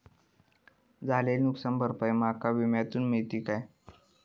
झालेली नुकसान भरपाई माका विम्यातून मेळतली काय?